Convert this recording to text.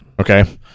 Okay